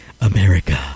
America